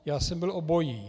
Já jsem byl obojí.